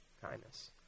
Kindness